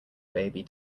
baby